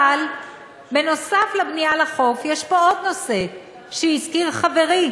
אבל בנוסף לבנייה על החוף יש פה עוד נושא שהזכיר חברי